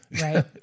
Right